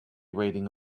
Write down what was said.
rating